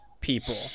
people